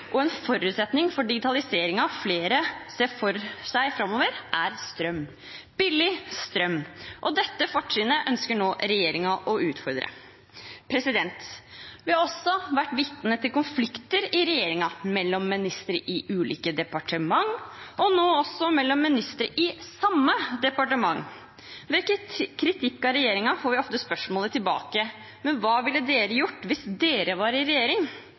og en forutsetning for digitaliseringen flere ser for seg framover, er strøm – billig strøm. Dette fortrinnet ønsker nå regjeringen å utfordre. Vi har også vært vitne til konflikter i regjeringen mellom ministre i ulike departementer og nå også mellom ministre i samme departement. Ved kritikk av regjeringen får vi ofte spørsmålet tilbake: Men hva ville dere gjort hvis dere var i regjering?